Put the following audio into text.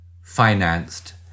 financed